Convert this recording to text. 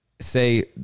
say